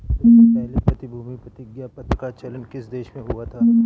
सबसे पहले प्रतिभूति प्रतिज्ञापत्र का चलन किस देश में हुआ था?